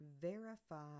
Verify